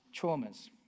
traumas